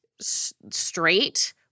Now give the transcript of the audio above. straight